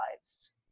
lives